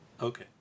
Okay